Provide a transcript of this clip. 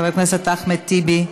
חבר הכנסת אחמד טיבי,